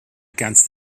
against